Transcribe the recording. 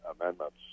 amendments